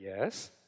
yes